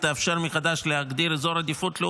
לפעול לפיתוח חבל ארץ שהוגדר על ידי החקיקה כאזור מיקוד לאומי.